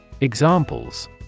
Examples